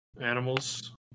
animals